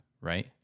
right